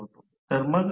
Refer Slide Time 15